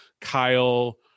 kyle